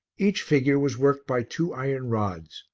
each figure was worked by two iron rods,